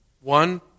One